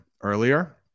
earlier